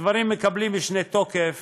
הדברים מקבלים משנה תוקף